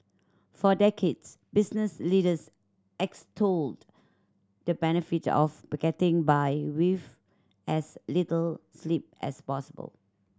for decades business leaders extolled the benefits of the getting by with as little sleep as possible